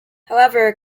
however